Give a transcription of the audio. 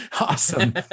awesome